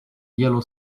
yellow